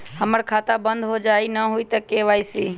हमर खाता बंद होजाई न हुई त के.वाई.सी?